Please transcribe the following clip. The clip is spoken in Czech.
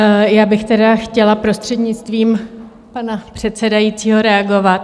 Já bych tedy chtěla prostřednictvím pana předsedajícího reagovat.